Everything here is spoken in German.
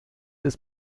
des